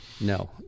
No